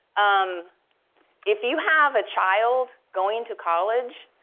um if you have a child going to college,